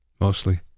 mostly